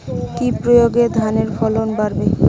কি প্রয়গে ধানের ফলন বাড়বে?